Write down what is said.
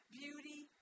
beauty